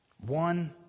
One